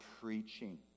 preaching